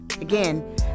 Again